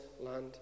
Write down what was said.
land